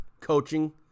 coaching